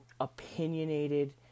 opinionated